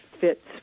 fits